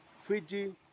Fiji